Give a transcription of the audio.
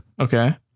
okay